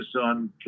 on